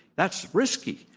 that's risky,